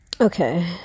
Okay